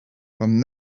from